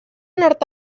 nord